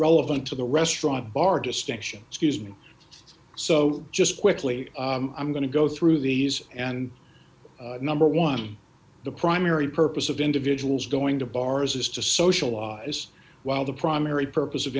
relevant to the restaurant bar distinctions scuse me so just quickly i'm going to go through these and number one the primary purpose of individuals going to bars is to socialize while the primary purpose of